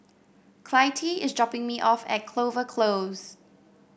Clytie is dropping me off at Clover Close